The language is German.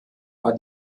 war